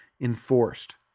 enforced